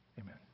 Amen